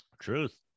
Truth